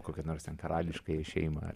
kokią nors ten karališkąją šeimą